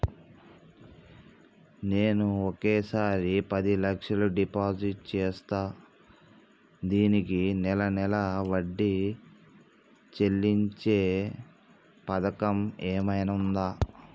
నేను ఒకేసారి పది లక్షలు డిపాజిట్ చేస్తా దీనికి నెల నెల వడ్డీ చెల్లించే పథకం ఏమైనుందా?